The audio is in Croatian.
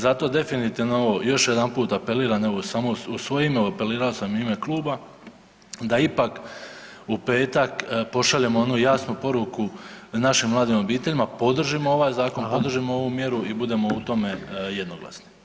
Zato definitivno ovo još jedanput apeliram evo samo u svoje ime, apelirao sam i u ime kluba da ipak u petak pošaljemo onu jasnu poruku našim mladim obiteljima, podržimo ovaj zakon, podržimo ovu mjeru i budemo u tome jednoglasni.